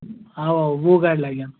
اَوا اَوا وُہ گاڑِ لگَن